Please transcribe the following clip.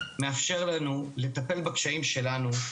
מאפשר לנו לטפל בקשיים שלנו.